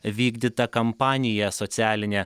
vykdytą kampaniją socialinę